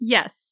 Yes